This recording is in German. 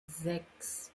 sechs